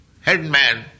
headman